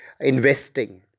investing